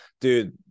dude